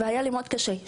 זה היה מאוד קשה.